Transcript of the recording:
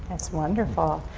that's wonderful.